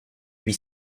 huit